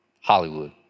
Hollywood